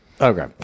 Okay